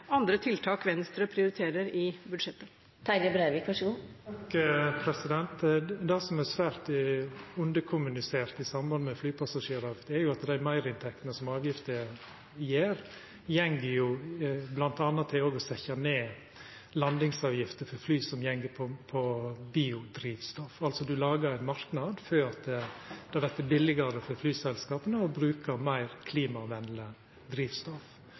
andre tiltak Venstre prioriterer i budsjettet? Det som er svært underkommunisert i samband med flypassasjeravgifta, er at dei meirinntektene som avgifta gjev, går til bl.a. å setja ned landingsavgifta for fly som går på biodrivstoff. Ein lagar ein marknad slik at det vert billigare for flyselskapa å bruka meir